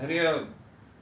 theme is